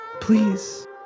Please